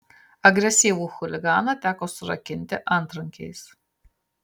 agresyvų chuliganą teko surakinti antrankiais